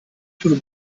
sul